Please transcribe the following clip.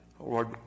Lord